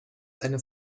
eine